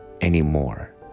anymore